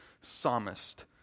psalmist